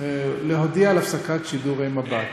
על הפסקת שידורי מבט.